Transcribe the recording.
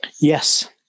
Yes